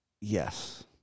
Yes